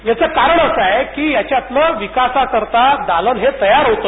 याचे कारण असं आहे कि यातील विकासाकरिता दालन हे तयार होते